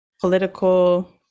political